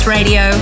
Radio